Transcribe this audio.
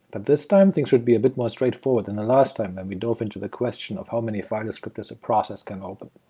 but this time things should be a bit more straightforward than the last time, when and we dove into the question of how many file descriptors a process can open.